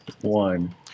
one